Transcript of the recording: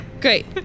Great